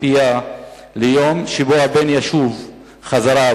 בציפייה ליום שבו הבן ישוב הביתה.